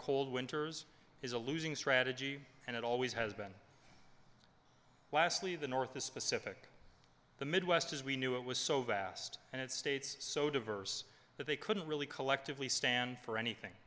cold winters is a losing strategy and it always has been lastly the north the specific the midwest as we knew it was so vast and it states so diverse that they couldn't really collectively stand for anything